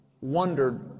wondered